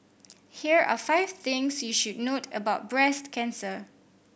here are five things you should note about breast cancer